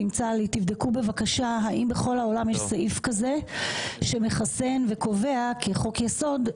תבדקו בבקשה האם בכל העולם יש סעיף כזה שמחסן וקובע כי חוק יסוד,